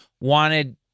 wanted